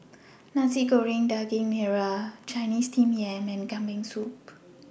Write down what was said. Nasi Goreng Daging Merah Chinese Steamed Yam and Kambing Soup